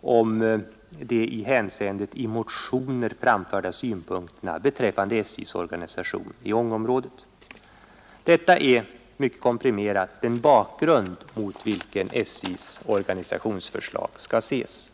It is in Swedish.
om de i det hänseendet i motioner framförda synpunkterna beträffande SJ:s organisation i Ångeområdet. Detta är, mycket komprimerat, den bakgrund mot vilken SJ:s organisationsförslag skall ses.